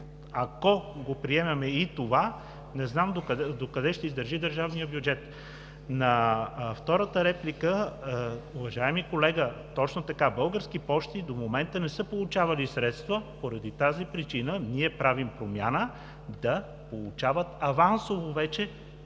ако приемем и това, не знам докъде ще издържи държавният бюджет. На втората реплика. Уважаеми колега, точно така – Български пощи до момента не са получавали средства. По тази причина ние правим промяна да получават вече